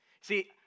See